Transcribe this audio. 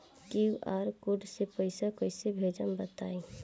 QR code से पईसा कईसे भेजब बताई?